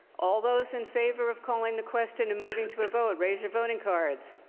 all those in favor of calling the question and moving to a vote, raise your voting cards.